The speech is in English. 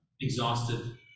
exhausted